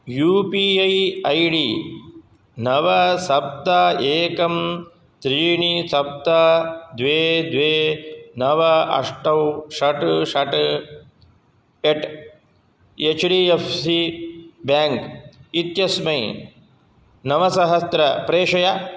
you P I ID नव सप्त एकम् त्रीणि सप्त द्वे द्वे नव अष्टौ षट् षट् at H D F C bank इत्यस्मै नवसहस्रं प्रेषय